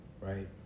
right